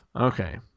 Okay